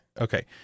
Okay